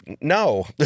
no